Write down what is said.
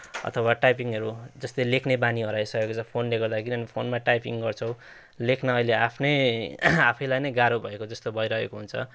अथवा टाइपिङहरू जस्तै लेख्ने बानी हराइसकेको छ फोनले गर्दा किनभने फोनमा टाइपिङ् गर्छौँ लेख्न अहिले आफ्नै आफैलाई नै गाह्रो भएको जस्तो भइरहेको हुन्छ